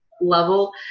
level